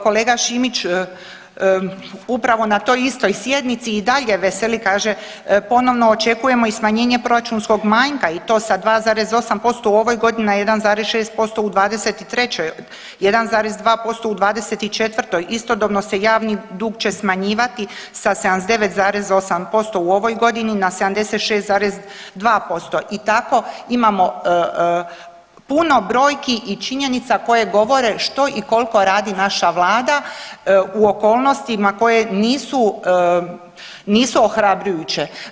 Kolega Šimić, upravo na toj istoj sjednici i dalje veseli i kaže, ponovno očekujemo i smanjenje proračunskog manjka i to sa 2,8% u ovoj godini, a 1,6% u '23., 1,2% u '24., istodobno se javni dug će smanjivati sa 79,8% u ovoj godini na 76,2% i tako imamo puno brojki i činjenica koje govore što i kolko radi naša vlada u okolnostima koje nisu, nisu ohrabrujuće.